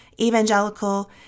evangelical